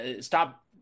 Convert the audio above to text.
stop